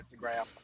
Instagram